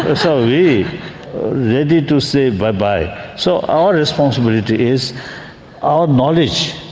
are so we ready to say bye bye. so our responsibility is our knowledge,